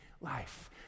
life